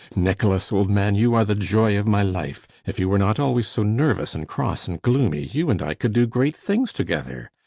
nicholas, old man, you are the joy of my life. if you were not always so nervous and cross and gloomy, you and i could do great things together.